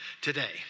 today